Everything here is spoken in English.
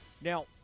Now